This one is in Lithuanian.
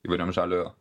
įvairiems žaliojo